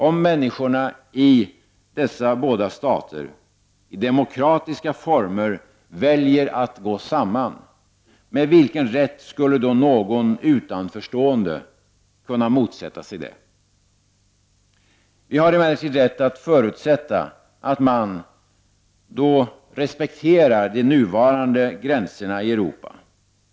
Om människorna i dessa båda stater i demokratiska former väljer att gå samman, med vilken rätt skulle då någon utanförstående kunna motsätta sig det? Vi har emellertid rätt att förutsätta att man då respekterar de nuvarande gränserna i Europa.